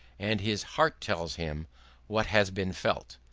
and his heart tells him what has been felt.